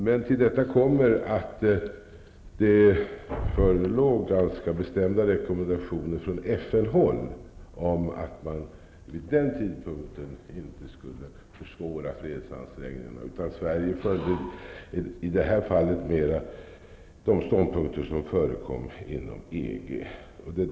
Men till detta kommer att det förelåg ganska bestämda rekommendationer från FN-håll om att man vid denna tidpunkt inte skulle försvåra fredsansträngningarna. Sverige följde i detta fall mer de ståndpunkter som förekom inom EG.